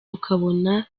ukabona